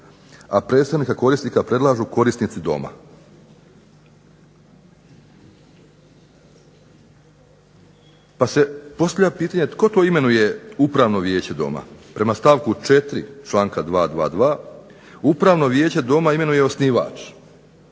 a predstavnika korisnika predlažu korisnici doma. Pa se postavlja pitanje tko to imenuje upravno vijeće doma, prema stavku 4. članka 222. upravno vijeće doma imenuje osnivač,